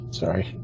sorry